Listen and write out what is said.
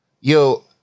Yo